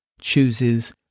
chooses